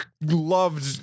loved